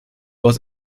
was